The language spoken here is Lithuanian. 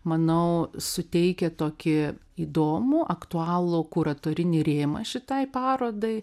manau suteikia tokį įdomų aktualų kuratorinį rėmą šitai parodai